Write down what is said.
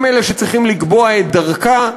הם אלה שצריכים לקבוע את דרכה.